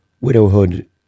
widowhood